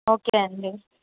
okay అండి